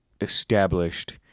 established